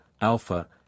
alpha